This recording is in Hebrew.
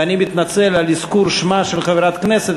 ואני מתנצל על אזכור שמה של חברת כנסת,